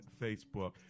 facebook